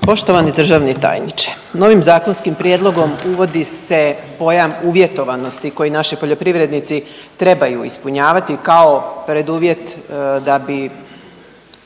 Poštovani državni tajniče, novim zakonskim prijedlogom uvodi se pojam uvjetovanosti koji naši poljoprivrednici trebaju ispunjavati kao preduvjet da bi